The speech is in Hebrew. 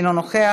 אינו נוכח,